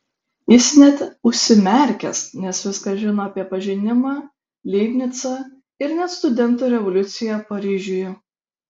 jis net užsimerkęs nes viską žino apie pažinimą leibnicą ir net studentų revoliuciją paryžiuje